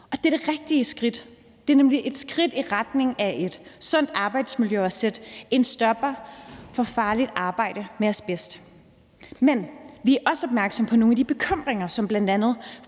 og det er det rigtige skridt. Det er nemlig et skridt i retning af et sundt arbejdsmiljø at sætte en stopper for farligt arbejde med asbest. Men vi er også opmærksomme på nogle af de bekymringer, som bl.a.